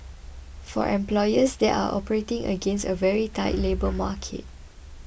for employers they are operating against a very tight labour market